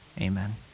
Amen